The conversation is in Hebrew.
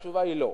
התשובה היא לא.